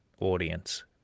audience